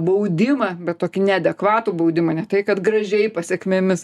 baudimą bet tokį neadekvatų baudimą ne tai kad gražiai pasekmėmis